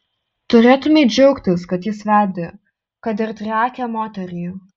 turėtumei džiaugtis kad jis vedė kad ir triakę moterį